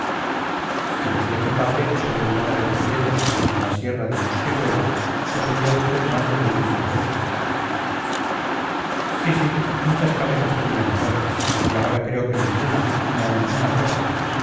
decía mi padre que sólo en mora de rubielos y en la sierra de mosqueruela poseía usted más de diez mil cabezas sí sí muchas cabezas tenía entonces y ahora creo que ninguna ni aun la mía propia